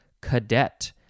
cadet